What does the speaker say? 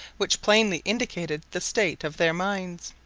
which plainly indicated the state of their minds.